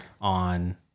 On